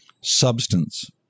substance